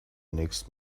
next